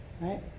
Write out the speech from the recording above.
right